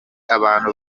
abantu